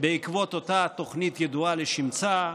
בעקבות אותה תוכנית ידועה לשמצה,